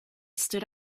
stood